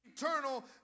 eternal